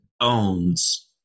owns